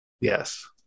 yes